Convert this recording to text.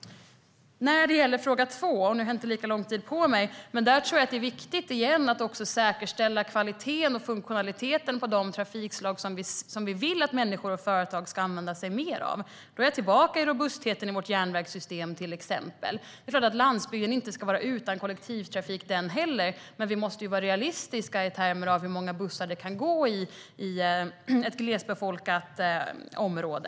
När det gäller fråga två är det viktigt att säkerställa kvaliteten och funktionaliteten på de trafikslag som vi vill att människor och företag ska använda sig mer av. Då är jag tillbaka till robustheten i vårt järnvägssystem. Det är klart att inte heller landsbygden ska vara utan kollektivtrafik, men måste ju vara realistiska i termer av hur många bussar som kan trafikera ett glesbefolkat område.